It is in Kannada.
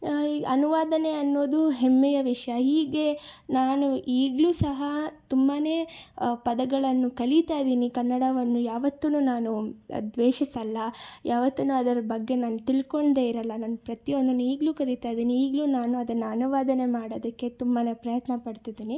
ಈ ಅನುವಾದ ಅನ್ನೋದು ಹೆಮ್ಮೆಯ ವಿಷಯ ಹೀಗೆ ನಾನು ಈಗಲೂ ಸಹ ತುಂಬಾ ಪದಗಳನ್ನು ಕಲಿತಾ ಇದೀನಿ ಕನ್ನಡವನ್ನು ಯಾವತ್ತೂ ನಾನು ದ್ವೇಷಿಸೋಲ್ಲ ಯಾವತ್ತೂ ಅದರ ಬಗ್ಗೆ ನಾನು ತಿಳ್ಕೊಳ್ದೆ ಇರೋಲ್ಲ ನಾನು ಪ್ರತಿಯೊಂದನ್ನು ಈಗಲೂ ಕಲಿತಾ ಇದೀನಿ ಈಗಲೂ ನಾನು ಅದನ್ನು ಅನುವಾದ ಮಾಡೋದಕ್ಕೆ ತುಂಬಾ ಪ್ರಯತ್ನಪಡ್ತಿದ್ದೀನಿ